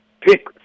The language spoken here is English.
pick